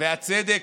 והצדק,